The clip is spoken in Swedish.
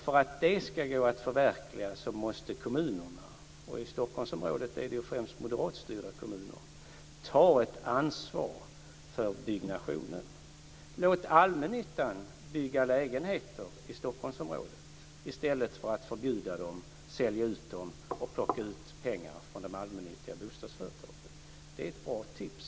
För att det ska gå att förverkliga måste kommunerna - och i Stockholmsområdet är det främst moderatstyrda kommuner - ta ett ansvar för byggnationen. Låt allmännyttan bygga lägenheter i Stockholmsområdet i stället för att förbjuda dem, sälja ut dem och plocka ut pengar från de allmännyttiga bostadsföretagen. Det är ett bra tips.